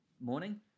morning